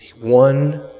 one